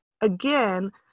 Again